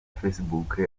facebook